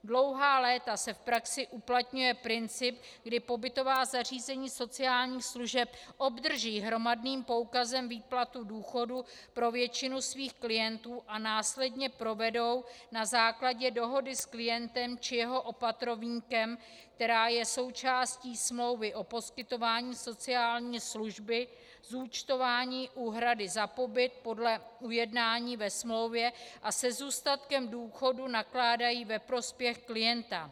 Dlouhá léta se v praxi uplatňuje princip, kdy pobytová zařízení sociálních služeb obdrží hromadným poukazem výplatu důchodu pro většinu svých klientů a následně provedou na základě dohody s klientem či jeho opatrovníkem, která je součástí smlouvy o poskytování sociální služby, zúčtování úhrady za pobyt podle ujednání ve smlouvě a se zůstatkem důchodu nakládají ve prospěch klienta.